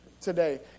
today